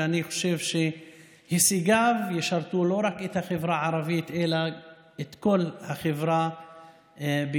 ואני חושב שהישגיו ישרתו לא רק את החברה הערבית אלא את כל החברה בישראל.